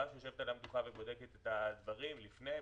שיושבת על המדוכה ובודקת את הדברים לפני,